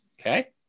Okay